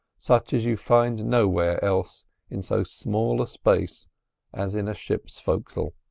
such as you find nowhere else in so small a space as in a ship's fo'cs'le.